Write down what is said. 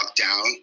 lockdown